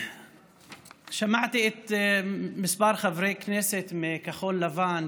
שמעתי כמה חברי כנסת מכחול לבן,